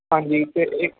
ਹਾਂਜੀ ਅਤੇ ਇੱਕ